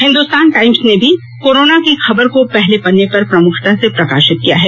Hindustan Times ने भी corona की खबर को पहले पन्ने पर प्रमुखता से प्रकाशित किया है